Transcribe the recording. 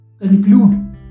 Conclude